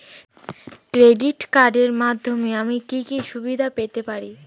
Credit কার্ডের মাধ্যমে আমি কি কি সুবিধা পেতে পারি?